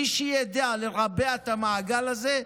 מי שידע לרבע את המעגל הזה,